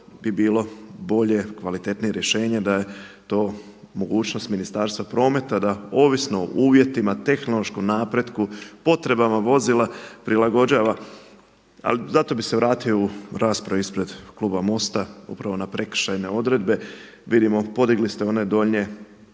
bi bilo bolje, kvalitetnije rješenje da je to mogućnost Ministarstva prometa, da ovisno o uvjetima, tehnološkom napretku, potrebama vozila prilagođava. Ali zato bih se vratio u raspravu ispred kluba MOST-a upravo na prekršajne odredbe. Vidimo podigli ste one donje